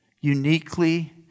uniquely